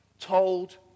told